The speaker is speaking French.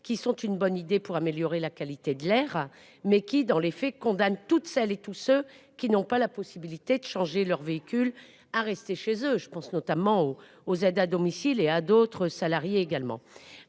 qui sont une bonne idée pour améliorer la qualité de l'air mais qui dans les faits condamne toutes celles et tous ceux qui n'ont pas la possibilité de changer leur véhicule à rester chez eux, je pense notamment aux aux aides à domicile et à d'autres salariés également.